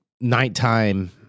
nighttime